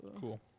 Cool